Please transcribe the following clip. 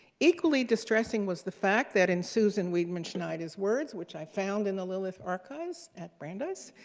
equally distressing was the fact that, in susan weidman schneider's words, which i found in the lilith archives at brandeis,